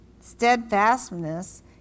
steadfastness